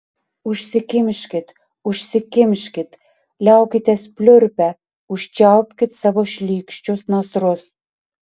užsikimškit užsikimškit liaukitės pliurpę užčiaupkit savo šlykščius nasrus